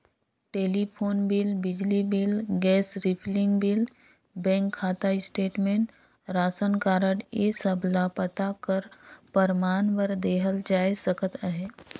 telephone bill, बिजली bill, gas refilling bill, bank खाता statement, ration card ए सब ल पता कर परमान बर देहल जाए सकत अहे